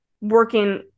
working